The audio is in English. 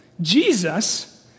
Jesus